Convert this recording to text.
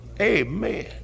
Amen